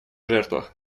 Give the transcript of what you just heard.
жертвах